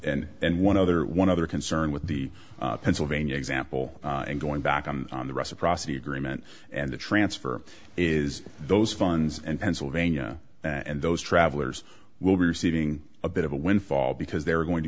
and and one other one other concern with the pennsylvania example and going back on the reciprocity agreement and the transfer is those funds and pennsylvania and those travelers will be receiving a bit of a windfall because they're going to